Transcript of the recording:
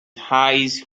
eyes